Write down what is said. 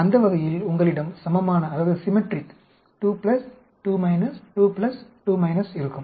அந்த வகையில் உங்களிடம் சமமான 2 2 2 2 இருக்கும்